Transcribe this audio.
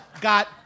got